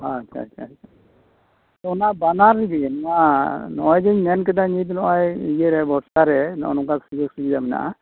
ᱚ ᱟᱪᱪᱷᱟ ᱟᱪᱪᱷᱟ ᱟᱪᱪᱷᱟ ᱚᱱᱟ ᱵᱟᱱᱟᱨ ᱜᱮ ᱱᱚᱣᱟ ᱱᱚᱜᱼᱚᱭ ᱡᱤᱧ ᱧᱮᱞ ᱠᱮᱫᱟ ᱱᱤᱛ ᱱᱤᱣᱟ ᱵᱚᱥᱛᱟ ᱨᱮ ᱥᱚᱡᱷᱮ ᱥᱚᱡᱷᱮᱭᱟᱜ ᱢᱮᱱᱟᱜᱼᱟ